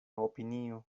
opinio